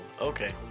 okay